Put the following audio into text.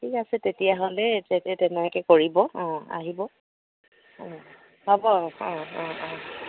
ঠিক আছে তেতিয়াহ'লে তেতে তেনেকৈ কৰিব অঁ আহিব অঁ হ'ব অঁ অঁ অঁ